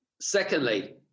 secondly